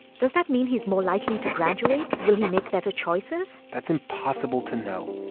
does that mean he's more likely to graduate? will he make better choices? that's impossible to know.